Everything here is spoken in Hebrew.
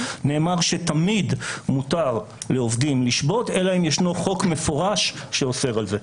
נאמר שתמיד מותר לעובדים לשבות אלא אם ישנו חוק מפורש שאוסר על זה.